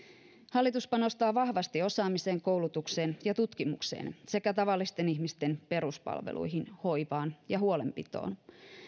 hallitus panostaa vahvasti osaamiseen koulutukseen ja tutkimukseen sekä tavallisten ihmisten peruspalveluihin hoivaan ja huolenpitoon